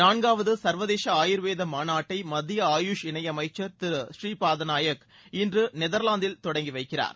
நான்காவது சர்வதேச ஆயுர்வேத மாநாட்டை மத்திய ஆயுஷ் இணையமைச்சர் திரு புரீபாதநாயக் இன்று நெதர்லாந்தில் இன்று தொடங்கி வைக்கிறார்